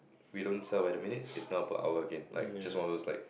we don't sell by the minute it's now per hour again like just one of those like